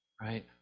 right